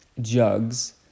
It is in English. jugs